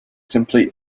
simply